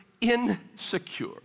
insecure